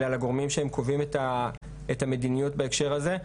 אלא לגורמים שקובעים את המדיניות בהקשר הזה.